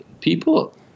people